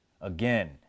Again